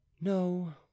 No